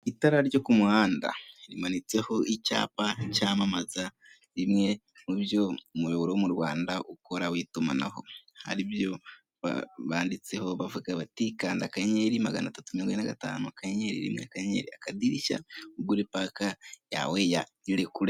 Itara ryo kumuhanda rimanitseho icyapa cyamamaza bimwe mu byo umuyoboro wo mu Rwanda ukora w'itumanaho, aribyo banditseho bavuga bati kanda akanyenyeri maganatatu mirongwine na gatanu akanyenyeri rimwe akadirishya ugure pake yawe ya irekure.